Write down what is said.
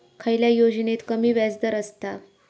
खयल्या योजनेत कमी व्याजदर असता?